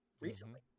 recently